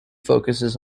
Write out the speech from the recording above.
focuses